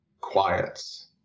quiets